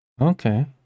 Okay